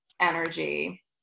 energy